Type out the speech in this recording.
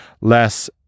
less